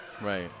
Right